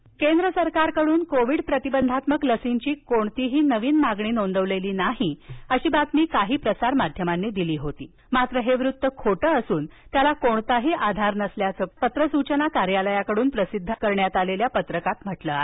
लस केंद्र सरकारकडून कोविड प्रतिबंधात्मक लसींची कोणताही नवीन मागणी नोंदवलेली नाहीअशी बातमी काही प्रसारमाध्यमांनी दिली होती मात्र हे वृत्त खोट असूनत्याला कोणताही आधार नसल्याचं पत्र सूचना कार्यालयाकडून प्रसिद्ध करण्यात आलेल्या पत्रकात म्हंटल आहे